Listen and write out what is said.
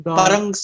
parang